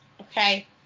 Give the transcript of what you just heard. okay